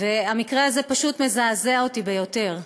והמקרה הזה פשוט מזעזע אותי ביותר: